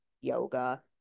yoga